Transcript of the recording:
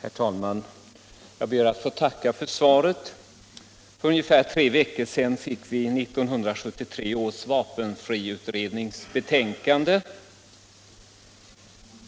Herr talman! Jag ber att få tacka för svaret. För ungefär tre veckor sedan fick vi 1973 års vapenfriutrednings betänkande.